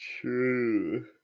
True